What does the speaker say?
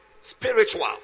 spiritual